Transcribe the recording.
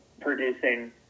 producing